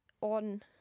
on